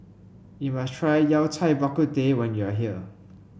you must try Yao Cai Bak Kut Teh when you are here